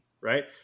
right